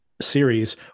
series